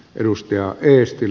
edustaja eestin